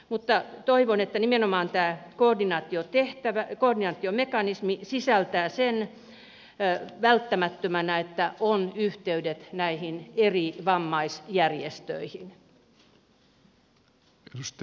mutta toivon että nimenomaan tämä koordinaatiomekanismi pitää sitä välttämättömänä että on yhteydet näihin eri vammaisjärjestöihin